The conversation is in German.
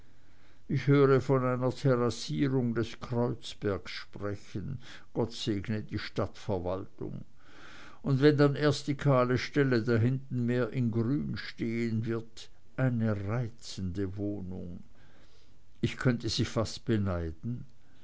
ich höre von einer terrassierung des kreuzbergs sprechen gott segne die stadtverwaltung und wenn dann erst die kahle stelle da hinten mehr in grün stehen wird eine reizende wohnung ich könnte sie fast beneiden